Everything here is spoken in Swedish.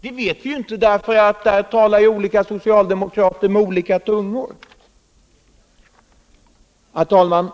Det vet vi inte, därför att olika socialdemokrater talar med olika tungor. Herr talman!